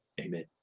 amen